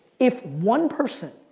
if one person,